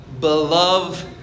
Beloved